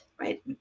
Right